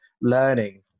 learning